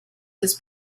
this